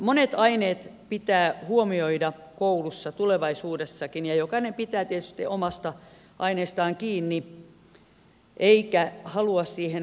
monet aineet pitää huomioida koulussa tulevaisuudessakin ja jokainen pitää tietysti omasta aineestaan kiinni eikä halua siihen muutoksia